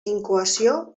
incoació